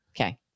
Okay